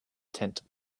tent